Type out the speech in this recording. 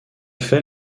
fait